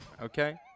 okay